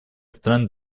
стран